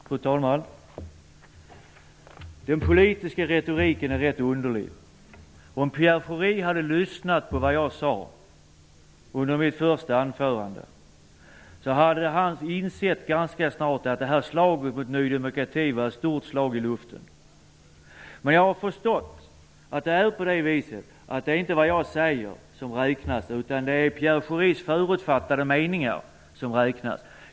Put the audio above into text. Fru talman! Den politiska retoriken är rätt underlig. Om Pierre Schori hade lyssnat på vad jag sade under mitt första anförande hade han ganska snart insett att detta slag mot Ny demokrati var ett slag i luften. Jag har förstått att det inte är vad jag säger som räknas. Det är Pierre Schoris förutfattade meningar som räknas.